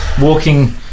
walking